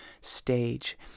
stage